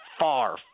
Far